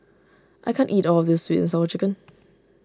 I can't eat all of this Sweet and Sour Chicken